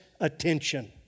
attention